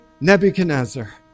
Nebuchadnezzar